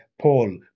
Paul